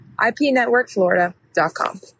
ipnetworkflorida.com